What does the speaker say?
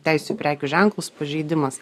teisių prekių ženklų pažeidimas